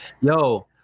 Yo